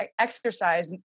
exercise